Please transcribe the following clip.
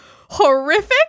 horrific